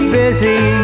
busy